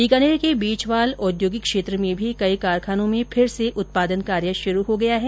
बीकानेर के बीछवाल औद्योगिक क्षेत्र में भी कई कारखानों में फिर से उत्पादन कार्य शुरू हो गया है